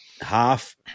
half